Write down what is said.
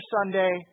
Sunday